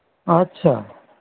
ᱟᱪᱪᱷᱟ